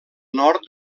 nord